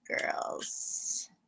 girls